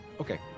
Okay